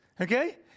okay